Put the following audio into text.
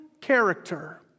character